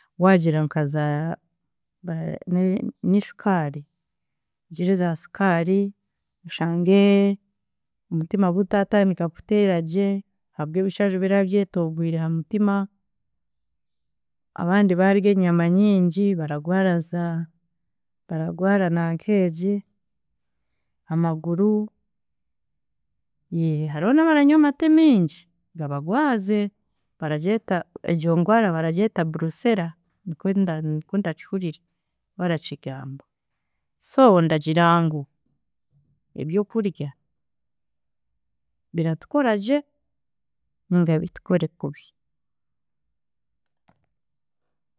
Waagira nka za bara ni- nishukaari, ogire zaasukaari, oshange omutima gutatandika kuteragye ahabw'ebishaju biraba byetoogwere hamutima, abandi badya enyama nyingi baragwara za, baragwara nank'egi amaguru, ye hariho n'abaranywa amaate mingi gabagwaze, baragyeta egyo ngwara baragyeta brucella, nikwe nda- nikwe ndakihurira barakigamba. So ndagira ngu ebyokudya biratukoragye ninga bitukore kubi.